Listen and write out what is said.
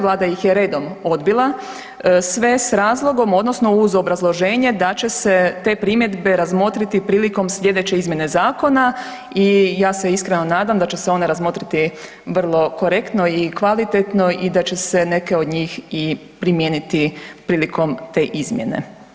Vlada ih je redom odbila sve s razlogom odnosno uz obrazloženje da će se te primjedbe razmotriti prilikom sljedeće izmjene zakona i ja se iskreno nadam da ć se one razmotriti vrlo korektno i kvalitetno i da će se neke od njih i primijeniti prilikom te izmjene.